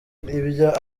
ibyo